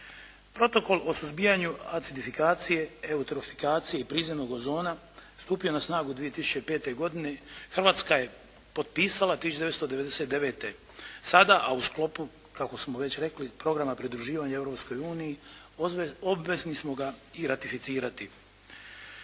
Protokol o suzbijanju acidifikacije, eutrofikacije i prizemnog ozona stupljen na snagu 2005. godine, Hrvatska je potpisala 1999. sada, a u sklopu, kako smo već rekli, programa pridruživanja Europskoj Uniji, obvezni smo ga i ratificirati.